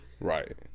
Right